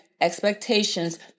expectations